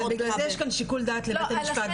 אבל בגלל זה יש כאן שיקול דעת לבית המשפט,